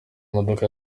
modoka